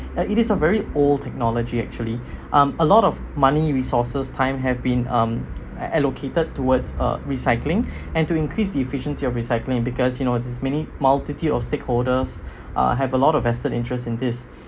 and it is a very old technology actually um a lot of money resources time have been um allocated towards uh recycling and to increase efficiency of recycling because you know this many multitude of stakeholders uh have a lot of vested interests in this